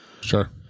Sure